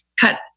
cut